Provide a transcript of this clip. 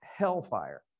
hellfire